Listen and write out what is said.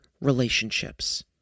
relationships